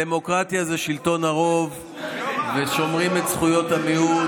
הדמוקרטיה זה שלטון הרוב ושומרים את זכויות המיעוט.